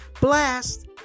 blast